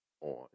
on